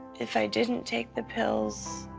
if i didn't take the pills,